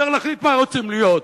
צריך להחליט מה רוצים להיות.